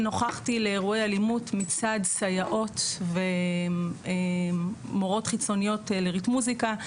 ונוכחתי לדעת על אירועי אלימות מצד סייעות ומורות חיצוניות לריתמוסיקה.